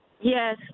Yes